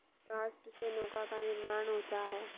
काष्ठ से नौका का निर्माण होता है